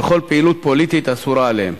וכל פעילות פוליטית אסורה עליהם.